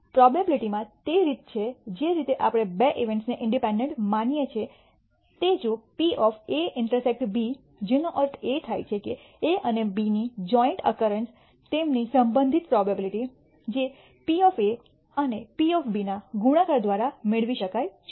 પ્રોબેબીલીટીમાં તે રીતે છે જે રીતે આપણે બે ઇવેન્ટ્સને ઇન્ડિપેન્ડન્ટ માનીએ છીએ તે છે જો P A∩B જેનો અર્થ એ થાય છે કે A અને B ની જોઈન્ટ અકરન્સ તેમની સંબંધિત પ્રોબેબીલીટી જે P અને P ના ગુણાકાર દ્વારા મેળવી શકાય છે